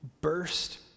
burst